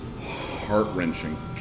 heart-wrenching